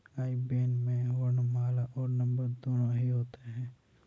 आई ban में वर्णमाला और नंबर दोनों ही होते हैं